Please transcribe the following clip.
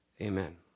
Amen